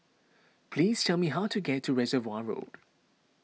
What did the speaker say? please tell me how to get to Reservoir Road